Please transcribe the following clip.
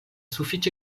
sufiĉe